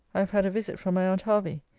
i have had a visit from my aunt hervey.